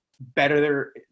better